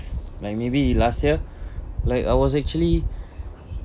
like maybe last year like I was actually